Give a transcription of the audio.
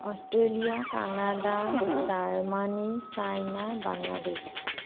Australia Canada Germany China Bangladesh